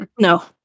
No